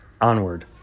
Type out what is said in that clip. onward